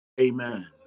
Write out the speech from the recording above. Amen